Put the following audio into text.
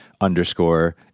underscore